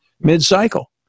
mid-cycle